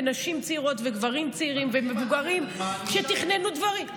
מנשים צעירות וגברים צעירים ומבוגרים שתכננו דברים.